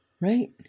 right